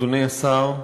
אדוני השר,